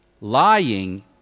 Lying